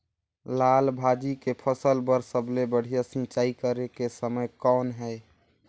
लाल भाजी के फसल बर सबले बढ़िया सिंचाई करे के समय कौन हे?